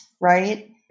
right